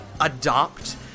adopt